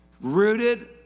Rooted